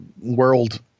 world